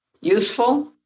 useful